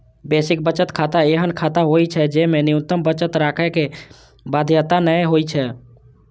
basic बचत खाता एहन खाता होइ छै, जेमे न्यूनतम बचत राखै के बाध्यता नै होइ छै